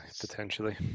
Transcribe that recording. potentially